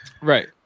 right